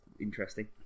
interesting